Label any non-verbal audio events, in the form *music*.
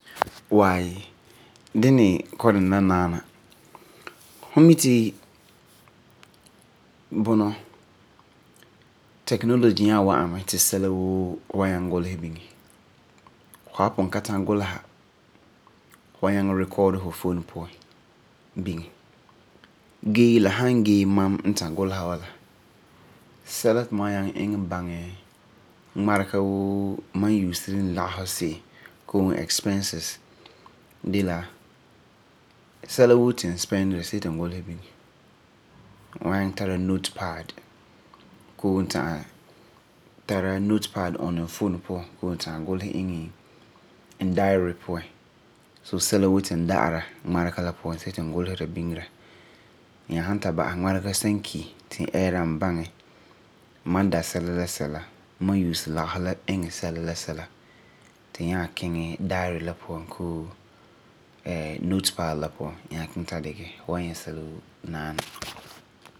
Wai, dini kɔ'ɔm dɛna la naana. Hu mi ti, bunɔ, technology ti sɛla woo hu wan nyaŋɛ gulesɛ biŋɛ. Hu san bun ka tana gulesa, hu wa nyaŋɛ recordi iŋɛ fu phone puan biŋɛ. Gee la san gee mam n ta gulesa wa la sɛla ti mama wan nyaŋɛ iŋɛ baŋɛ ŋmareka woo mam usiri n lagefɔ se'em koo n expenses de la sɛla woo see ti n gulesɛ biŋɛ. N wan nyaŋɛ tara notepad koo n ta'am tari notepad on n phone puan. Ŋmarega san ki ti n ɛɛra n baŋɛ mam da sɛla la sɛla, mam use lagefɔ la iŋɛ sɛla la sɛla. Ti n nyaa kiŋɛ n dairy la puan koo *hesitation* notepad la puan nyaa kiŋɛ la dikɛ sɛla woo. Hu wan nyɛ sɛla woo naana.